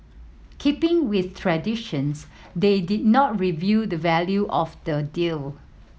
keeping with traditions they did not reveal the value of the deal